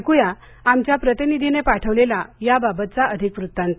ऐक्या आमच्या प्रतिनिधीने पाठवलेला या बाबतचा अधिक वृत्तांत